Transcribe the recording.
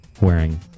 wearing